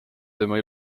tema